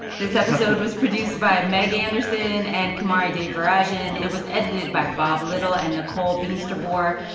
this episode was produced by meg anderson and kumari devarajan. it was edited by bob little and nicole beemsterboer.